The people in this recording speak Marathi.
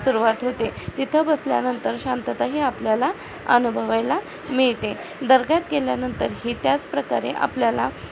सुरुवात होते तिथं बसल्यानंतर शांतताही आपल्याला अनुभवायला मिळते दर्ग्यात गेल्यानंतरही त्याचप्रकारे आपल्याला